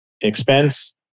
expense